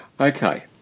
Okay